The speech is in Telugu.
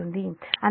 అందువలన Ia j 0